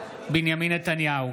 בנימין נתניהו,